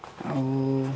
ଆଉ